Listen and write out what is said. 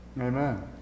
Amen